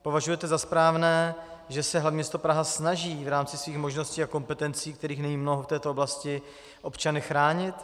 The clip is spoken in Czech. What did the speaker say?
Považujete za správné, že se hlavní město Praha snaží v rámci svých možností a kompetencí, kterých není mnoho v této oblasti, občany chránit?